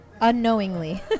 unknowingly